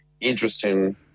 interesting